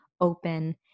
open